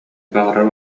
баҕарар